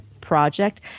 project